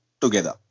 together